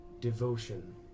devotion